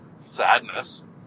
Sadness